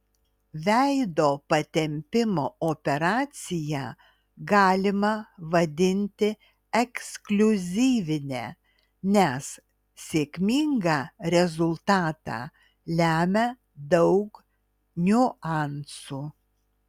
veido patempimo operaciją galima vadinti ekskliuzyvine nes sėkmingą rezultatą lemia daug niuansų